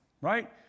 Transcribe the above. right